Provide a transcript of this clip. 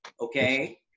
Okay